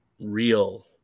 real